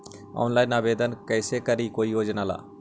Online आवेदन कैसे करी कोई योजना ला?